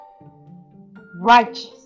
Righteous